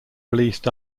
released